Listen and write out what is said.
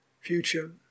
future